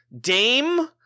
dame